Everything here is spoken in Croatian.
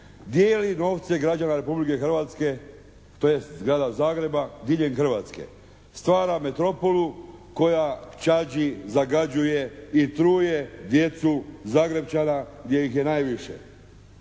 dijeli novce građana Republike Hrvatske, tj. Grada Zagreba diljem Hrvatske, stvara metropolu koja čađi, zagađuje i truje djecu Zagrepčana gdje ih je najviše.